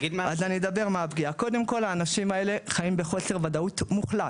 קודם כל האנשים האלה חיים בחוסר ודאות מוחלט.